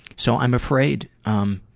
so i'm afraid. um